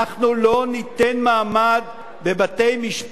אנחנו לא ניתן מעמד, בבתי-משפט ישראליים,